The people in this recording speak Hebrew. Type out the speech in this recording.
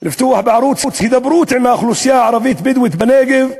לפתוח בערוץ הידברות עם האוכלוסייה הערבית-בדואית בנגב,